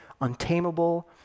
untamable